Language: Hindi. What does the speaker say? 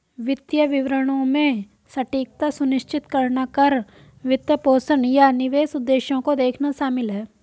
वित्तीय विवरणों में सटीकता सुनिश्चित करना कर, वित्तपोषण, या निवेश उद्देश्यों को देखना शामिल हैं